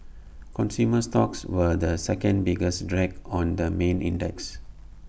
consumer stocks were the second biggest drag on the main index